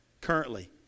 currently